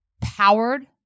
powered